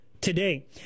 today